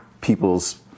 people's